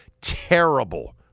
terrible